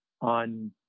on